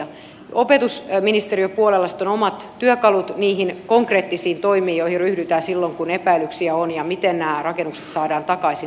opetusministeriön puolella sitten on omat työkalut niihin konkreettisiin toimiin joihin ryhdytään silloin kun epäilyksiä on sen suhteen miten nämä rakennukset saadaan takaisin kuntoon